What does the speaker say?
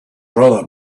rather